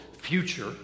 future